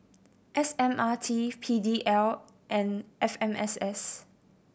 S M R T P D L and F M S S